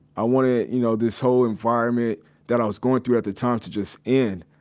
i wanted, you know, this whole environment that i was going through at the time to just end.